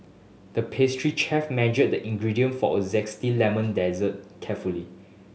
the pastry chef measured the ingredient for a zesty lemon dessert carefully